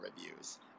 Reviews